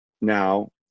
Now